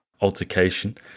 altercation